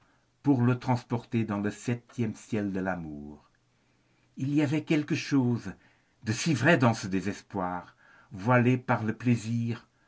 pour le transporter dans le septième ciel de l'amour il y avait quelque chose de si vrai dans ce désespoir voilé par le plaisir